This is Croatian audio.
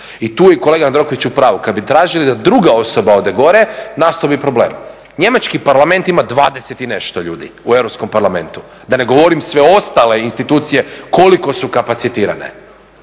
I tu je kolega Jandroković u pravu. Kad bi tražili da druga osoba ode gore nastao bi problem. Njemački parlament ima 20 i nešto ljudi u Europskom parlamentu, da ne govorim sve ostale institucije koliko su kapacitirane.